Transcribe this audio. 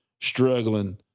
struggling